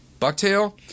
bucktail